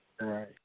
Right